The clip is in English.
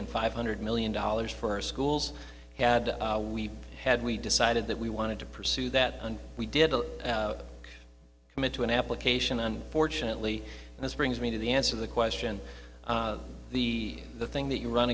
and five hundred million dollars for schools had we had we decided that we wanted to pursue that and we did commit to an application unfortunately and this brings me to the answer the question the the thing that you run